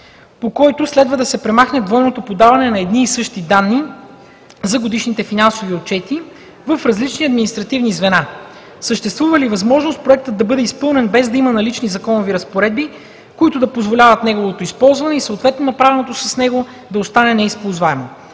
по който следва да се премахне двойното подаване на едни и същи данни за годишните финансови отчети в различни административни звена? Съществува ли възможност Проектът да бъде изпълнен без да има налични законови разпоредби, които да позволяват неговото използване и съответно направеното с него да остане неизползваемо?